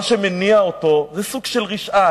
מה שמניע אותו זה סוג של רשעה,